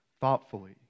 thoughtfully